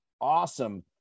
awesome